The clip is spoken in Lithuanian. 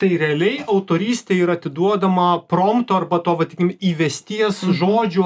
tai realiai autorystė yra atiduodama promto arba to vadinkim įvesties žodžių